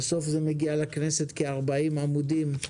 בסוף זה מגיע לכנסת כ-40 עמודים.